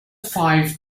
five